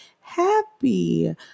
happy